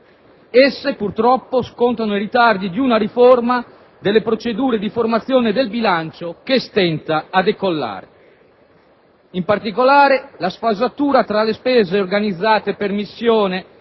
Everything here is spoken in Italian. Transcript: esse purtroppo scontano i ritardi di una riforma delle procedure di formazione del bilancio che stenta a decollare. In particolare, la sfasatura tra le spese organizzate per missione